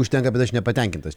užtenka bet aš nepatenkintas